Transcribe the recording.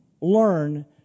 learn